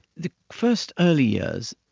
the first early years,